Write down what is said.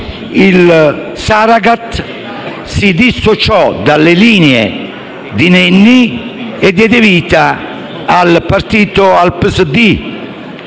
Saragat si dissociò dalle linee di Nenni e diede vita al Partito